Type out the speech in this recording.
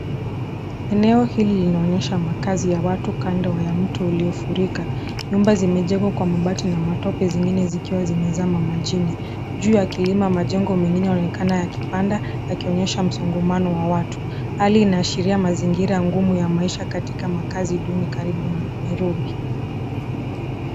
Enoe hili linaonyesha makazi ya watu kando ya mto uliofurika. Nyumba zimejengwa kwa mabati na matope zingine zikiwa zimezama majini. Juu ya kilima majengo mengine yanaonekana yakipanda, yakionyesha msongamano wa watu. Hali inaashiria mazingira ngumu ya maisha katika makazi duni karibu na Nairobi.